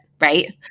right